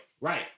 right